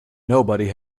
nobody